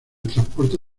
transporte